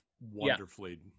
wonderfully